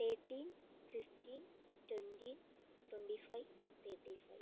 thirteen fifteen twenty twenty five thirty five